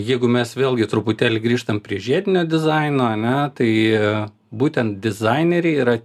jeigu mes vėlgi truputėlį grįžtam prie žiedinio dizaino ane tai būtent dizaineriai yra